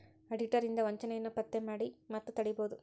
auditor ಇಂದಾ ವಂಚನೆಯನ್ನ ಪತ್ತೆ ಮಾಡಿ ಮತ್ತ ತಡಿಬೊದು